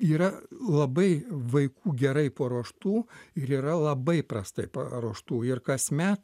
yra labai vaikų gerai paruoštų ir yra labai prastai paruoštų ir kasmet